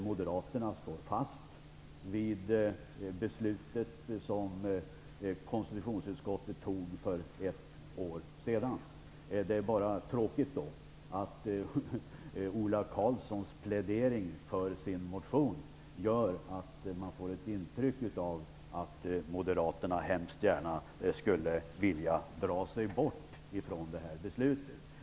Moderaterna står fast vid beslutet som konstitutionsutskottet fattade för ett år sedan. Det är då bara tråkigt att Ola Karlssons plädering för sin motion gör att man får intryck av att Moderaterna hemskt gärna skulle vilja dra sig bort från beslutet.